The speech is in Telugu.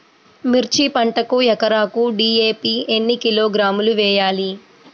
మిర్చి పంటకు ఎకరాకు డీ.ఏ.పీ ఎన్ని కిలోగ్రాములు వేయాలి?